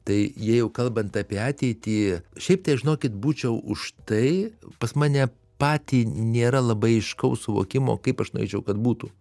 tai jei jau kalbant apie ateitį šiaip tai aš žinokit būčiau už tai pas mane patį nėra labai aiškaus suvokimo kaip aš norėčiau kad būtų